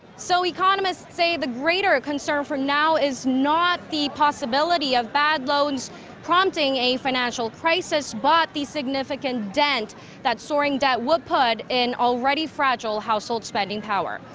so economists say the greater concern for now is not the possibility of bad loans prompting a financial crisis. but the significant dent that soaring debt would put in already fragile household spending power.